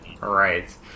Right